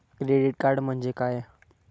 Credit card म्हणजे काय?